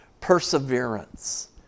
perseverance